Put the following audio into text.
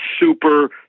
super